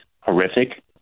horrific